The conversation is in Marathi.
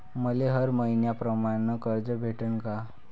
मले हर मईन्याप्रमाणं कर्ज भेटन का?